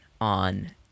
on